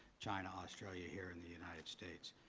china, australia, here in the united states.